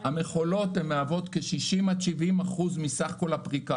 המכולות מהוות 60% עד 70% מסך כל הפריקה.